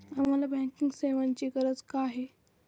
आम्हाला बँकिंग सेवेची गरज का आहे?